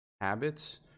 habits